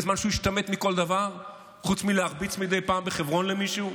בזמן שהוא השתמט מכל דבר חוץ מלהרביץ מדי פעם בחברון למישהו.